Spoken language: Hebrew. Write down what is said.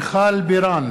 מיכל בירן,